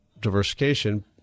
diversification